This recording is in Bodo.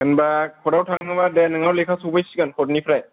होनबा कर्टआव थाङोबा दे नोंनाव लेखा सफैसिगोन कर्टनिफ्राय